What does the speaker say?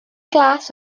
glas